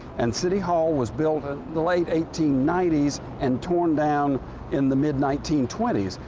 and city hall was built in the late eighteen ninety s and torn down in the mid nineteen twenty s.